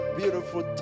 beautiful